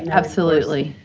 and absolutely.